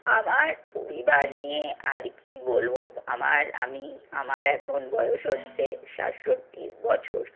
আমার পরিবার নিয়ে আর কি বলবো আমার আমি আমার এখন বয়স হচ্ছে সাতষট্টি বছর